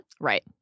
Right